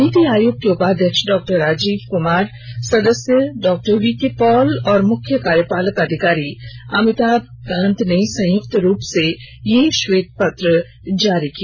नीति आयोग के उपाध्यक्ष डॉक्टर राजीव कुमार सदस्य डॉक्टर वीकेपॉल और मुख्य कार्यपालक अधिकारी अमिताभ कांत ने संयुक्त रूप से यह श्वेत पत्र जारी किया